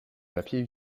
papiers